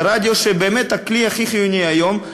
שזה באמת הכלי הכי חיוני היום,